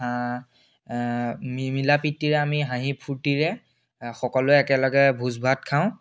মি মিলা প্ৰিতীৰে আমি হাঁহি ফূৰ্তিৰে সকলোৱে একেলগে ভোজ ভাত খাওঁ